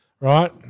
right